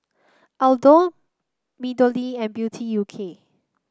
Aldo MeadowLea and Beauty U K